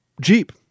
Jeep